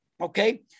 okay